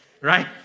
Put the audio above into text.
right